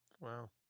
Wow